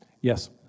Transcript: Yes